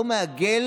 לא מעגל